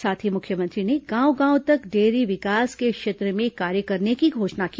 साथ ही मुख्यमंत्री ने गांव गांव तक डेयरी विकास के क्षेत्र में कार्य करने की भी घोषणा की